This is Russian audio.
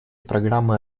программы